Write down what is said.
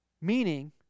meaning